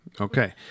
Okay